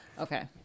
Okay